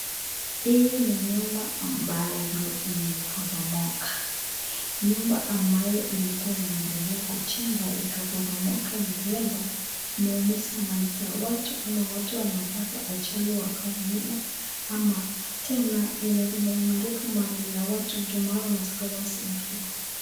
Hii ni nyumba ambayo imeporomoka. Nyumba ambayo ilikuwa inaendelea kujengwa ikaporomoka na huenda imeumiza, imewaleta watu ama watu wamepata ajali wakaumia. Ama tena imeharibu mali ya watu, juu mana inataka uanze upya.